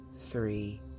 three